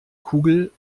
kugel